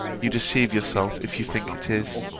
you deceive yourself if you think it is.